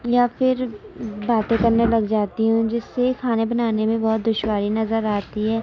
یا پھر باتیں کرنے لگ جاتی ہوں جس سے کھانا بنانے میں بہت دشواری نظر آتی ہے